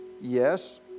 Yes